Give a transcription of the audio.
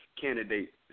candidate